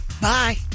Bye